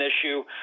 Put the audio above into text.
issue